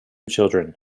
children